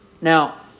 Now